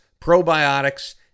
probiotics